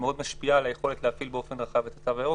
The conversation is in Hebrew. משפיע על היכולת להפעיל באופן רחב את התו הירוק.